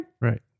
Right